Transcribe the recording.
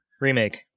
Remake